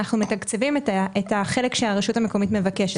אנחנו מתקצבים את החלק שהרשות המקומית מבקשת.